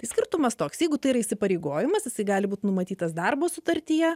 skirtumas toks jeigu tai yra įsipareigojimas jisai gali būt numatytas darbo sutartyje